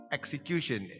execution